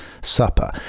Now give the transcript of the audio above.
supper